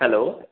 hello